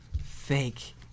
fake